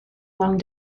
long